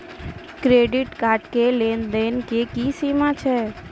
Credit card के लेन देन के की सीमा छै?